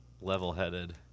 level-headed